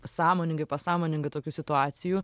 sąmoningai pasąmoningai tokių situacijų